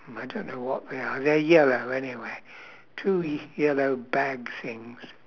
I don't know what they are they're yellow anyway two yellow bag things